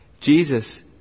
Jesus